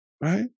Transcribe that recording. Right